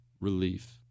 relief